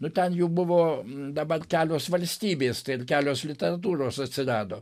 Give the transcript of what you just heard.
nu ten jų buvo dabar kelios valstybės kelios literatūros atsirado